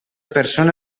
persona